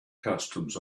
customs